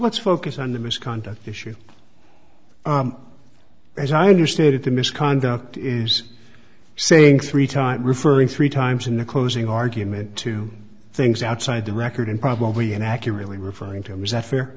what's focus on the misconduct issue as i understand it the misconduct is saying three times referring three times in a closing argument to things outside the record and probably inaccurately referring to was that fair